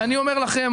אני אומר לך,